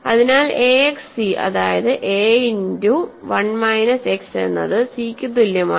അതിനാൽ ax C അതായത് A into 1 minus x എന്നത് സിക്ക് തുല്യമാണ്